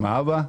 או מהאבא,